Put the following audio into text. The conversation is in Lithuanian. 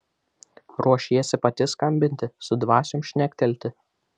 ruošiesi pati skambinti su dvasiom šnektelti